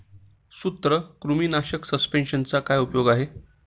सूत्रकृमीनाशक सस्पेंशनचा काय उपयोग आहे?